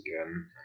again